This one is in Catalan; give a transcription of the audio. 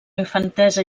infantesa